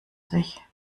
sich